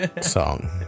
song